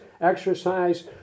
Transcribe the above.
exercise